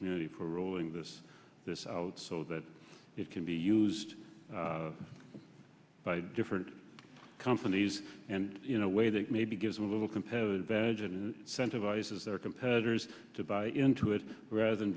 community for ruling this this out so that it can be used by different companies and you know way that maybe gives them a little competitive edge a sense of ices their competitors to buy into it rather than